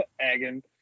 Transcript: Agon